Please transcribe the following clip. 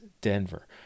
denver